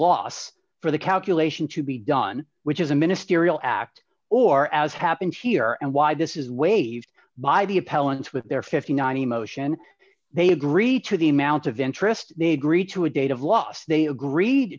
loss for the calculation to be done which is a ministerial act or as happened here and why this is waived by the appellant with their fifty nine emotion they agree to the amount of interest they greet to a date of loss they agreed